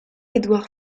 édouard